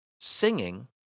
singing